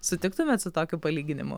sutiktumėt su tokiu palyginimu